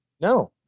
No